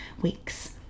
weeks